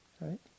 right